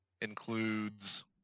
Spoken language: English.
Includes